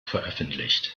veröffentlicht